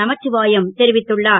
நமச்சிவாயம் தெரிவித்துள்ளார்